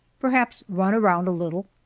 perhaps run around a little,